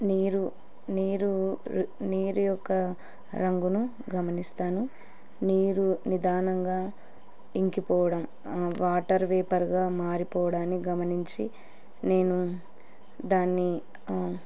నీరు నీరు నీరు యొక్క రంగును గమనిస్తాను నీరు నిదానంగా ఇంకిపోవడం వాటర్ వేపర్గా మారిపోవడాన్ని గమనించి నేను దాన్ని